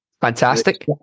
Fantastic